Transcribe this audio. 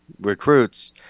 recruits